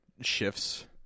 shifts